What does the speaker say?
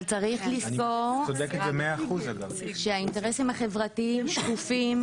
אבל צריך לזכור שהאינטרסים החברתיים שקופים,